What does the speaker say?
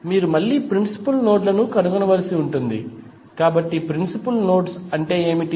మీరు మళ్ళీ principal node లను కనుగొనవలసి ఉంది కాబట్టి ప్రిన్సిపుల్ నోడ్స్ ఏమిటి